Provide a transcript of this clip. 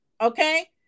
okay